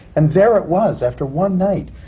and there it was after one night!